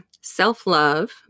Self-love